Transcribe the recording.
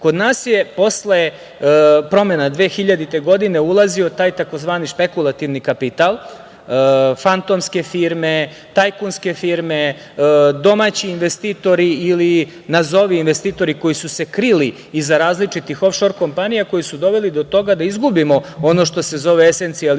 Kod nas je posle promena 2000. godine ulazio taj tzv. špekulativni kapital, fantomske firme, tajkunske firme, domaći investitori ili nazovi investitori koji su se krili iza različitih ofšor kompanija, koji su doveli do toga da izgubimo ono što se zove esencijal i